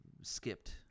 skipped